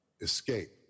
escape